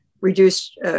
reduced